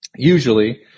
Usually